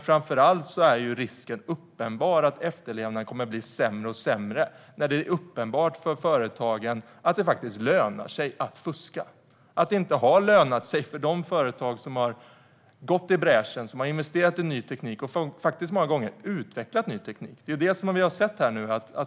Framför allt är risken uppenbar att efterlevnaden kommer att bli allt sämre när det är uppenbart för företagen att det faktiskt lönar sig att fuska och att det inte har lönat sig för de företag som har gått i bräschen, investerat i ny teknik och faktiskt många gånger utvecklat ny teknik.